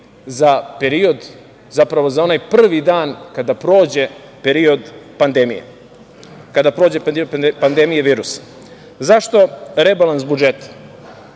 za period, zapravo za onaj prvi dan kada prođe period pandemije, kada prođe pandemija virusa.Zašto rebalans budžeta?